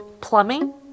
plumbing